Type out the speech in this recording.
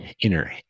inner